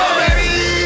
baby